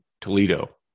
Toledo